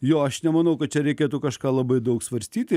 jo aš nemanau kad čia reikėtų kažką labai daug svarstyti